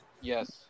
Yes